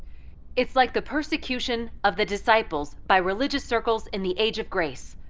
it's like the persecution of the disciples by religious circles in the age of grace.